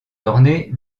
ornée